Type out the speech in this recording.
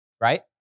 right